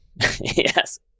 Yes